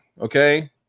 okay